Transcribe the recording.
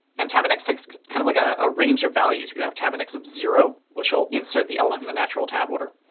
and tab index is kind of like a ah range of values. you could have tab index of zero, which will insert the element in the natural tab order.